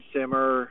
Simmer